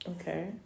Okay